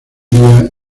día